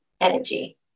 energy